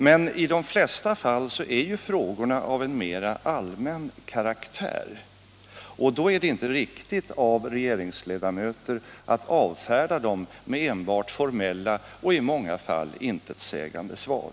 Men i de flesta fall är ju frågorna av en mer allmän karaktär, Måndagen den och då är det inte riktigt av regeringens ledamöter att avfärda dem med 16 maj 1977 formella och i många fall intetsägande svar.